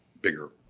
bigger